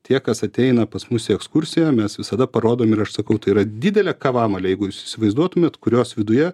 tie kas ateina pas mus į ekskursiją mes visada parodom ir aš sakau tai yra didelė kavamalė jeigu jūs įsivaizduotumėt kurios viduje